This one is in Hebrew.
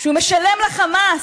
שהוא משלם לחמאס,